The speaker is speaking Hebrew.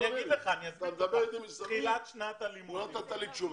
אתה מדבר איתי מסביב ולא נתת לי תשובה.